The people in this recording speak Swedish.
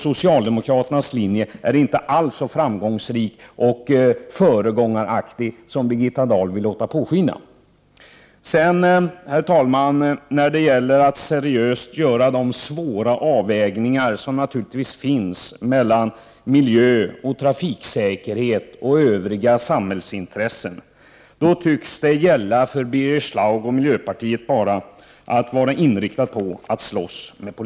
Socialdemokraternas linje är inte alls så framgångsrik och föregångaraktig som Birgitta Dahl vill låta påskina. När det sedan, herr talman, är fråga om att seriöst göra svåra avvägningar mellan miljö och trafiksäkerhet och övriga samhällsintressen tycks det för Birger Schlaug och miljöpartiet bara gälla att vara inriktad på att slåss med Prot.